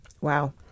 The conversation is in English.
Wow